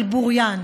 על בוריים.